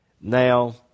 Now